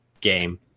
game